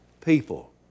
people